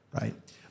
right